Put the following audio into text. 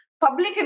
public